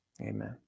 Amen